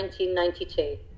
1992